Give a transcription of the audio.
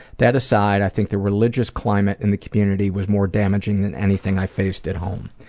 that aside, i think the religious climate in the community was more damaging than anything i faced at home.